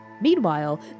Meanwhile